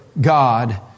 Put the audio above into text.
God